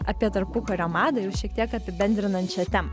apie tarpukario madą jau šiek tiek apibendrinančią temą